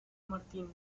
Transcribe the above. martínez